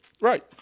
Right